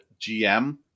GM